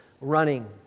running